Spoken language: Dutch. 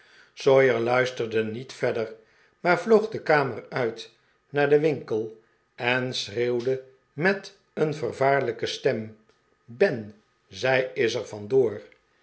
sawyer luisterde niet verder maar vloog de learner uit naar den winkel en schreeuwde met een vervaarlijke stem ben zij is